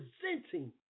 presenting